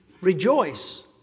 rejoice